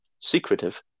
secretive